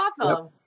awesome